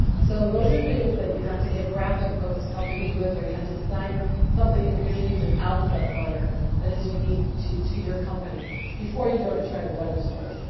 so those are things that you have to get graphic folks helping you with or you have to design something if you're going to use an alphabet letter that is unique to to your company before you go to try to register it.